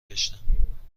گشتم